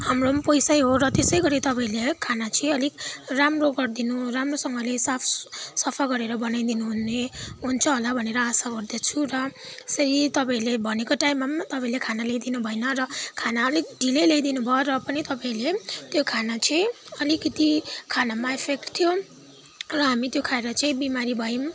हाम्रो पनि पैसा हो र त्यसै गरी तपाईँहरूले खाना चाहिँ अलिक राम्रो गरिदिनु राम्रोसँगले साफ सफा गरेर बनाइदिनु हुने हुन्छ होला भनेर आशा गर्दछु र यसरी तपाईँहरूले भनेको टाइममा पनि तुपाईँहरूले खाना ल्याइदिनु भएन र खाना अलिक ढिलै ल्याइदिनु भयो र पनि तपाईँहरूले त्यो खाना चाहिँ अलिकति खानामा इफेक्ट थियो र हामी त्यो खाना खाएर चाहिँ बिमारी भयौँ